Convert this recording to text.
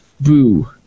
Boo